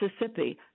Mississippi